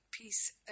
peace